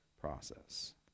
process